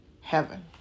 heaven